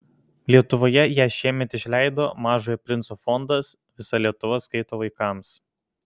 lietuvoje ją šiemet išleido mažojo princo fondas visa lietuva skaito vaikams